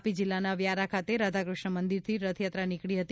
તાપી જિલ્લાના વ્યારા ખાતે રાધાકૃષ્ણ મંદિરથી રથાયાત્રા નીકળી હતી